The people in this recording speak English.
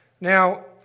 Now